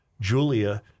Julia